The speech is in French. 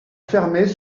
fermées